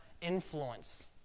influence